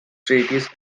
treaties